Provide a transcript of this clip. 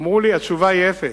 אמרו לי: התשובה היא אפס,